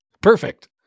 Perfect